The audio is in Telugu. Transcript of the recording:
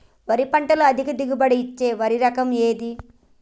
వరి పంట లో అధిక దిగుబడి ఇచ్చే వరి రకం ఏది?